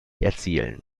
erzielen